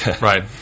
Right